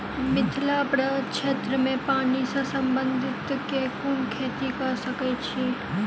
मिथिला प्रक्षेत्र मे पानि सऽ संबंधित केँ कुन खेती कऽ सकै छी?